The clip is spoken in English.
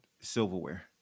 silverware